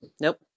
Nope